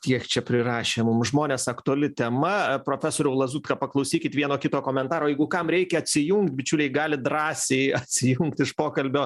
kiek čia prirašė mums žmonės aktuali tema profesoriau lazutka paklausykit vieno kito komentaro jeigu kam reikia atsijungt bičiuliai galit drąsiai atsijungt iš pokalbio